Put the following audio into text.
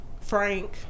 frank